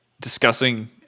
discussing